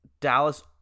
Dallas